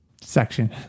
section